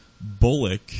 Bullock